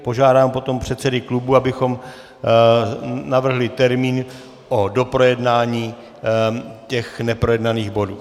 Požádám potom předsedy klubů, abychom navrhli termín o doprojednání těch neprojednaných bodů.